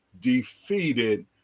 defeated